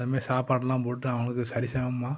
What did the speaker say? அதைமேரி சாப்பாடுலாம் போட்டு அவங்களுக்கு சரி சமமாக